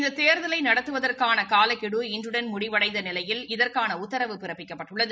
இந்த தேர்தலை நடத்துவதற்கான காலக்கெடு இன்றடன் முடிவடைந்த நிலையில் இதற்கான உத்தரவு பிறப்பிக்கப்பட்டுள்ளது